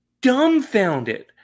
dumbfounded